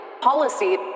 Policy